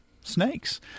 snakes